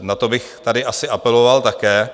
Na to bych tady asi apeloval také.